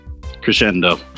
Crescendo